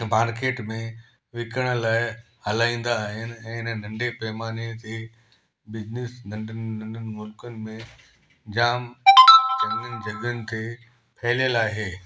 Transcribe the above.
market में विकिणण लाइ हलाईंदा आहिनि ऐं इन नंढे पैमाने ते बिजनेस नंढनि नंढनि मुलकनि में जाम चङियुनि जॻहियुनि ते फैलियल आहे